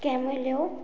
कॅमेल्ल्यो